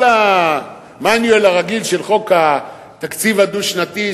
כל ה-manual הרגיל של חוק התקציב הדו-שנתי,